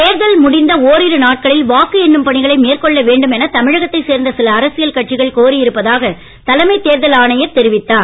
தேர்தல் முடிந்த ஓரிரு நாட்களில் வாக்கு எண்ணும் பணிகளை மேற்கொள்ள வேண்டும் என தமிழகத்தைச் சேர்ந்த சில அரசியல் கட்சிகள் கோரி இருப்பதாக தலைமைத் தேர்தல் ஆணையர் தெரிவித்தார்